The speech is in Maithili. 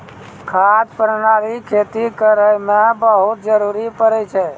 खाद प्रणाली खेती करै म बहुत जरुरी पड़ै छै